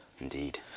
Indeed